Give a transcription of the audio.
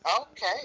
Okay